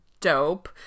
dope